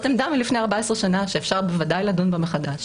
זאת עמדה מלפני 14 שנה שאפשר בוודאי לדון בה מחדש